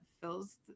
fills